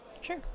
Sure